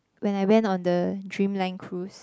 when I went on the Dreamland cruise